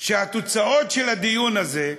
והתוצאות של הדיון הזה,